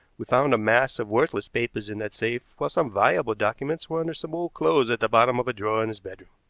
we found a mass of worthless papers in that safe, while some valuable documents were under some old clothes at the bottom of a drawer in his bedroom.